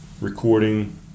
recording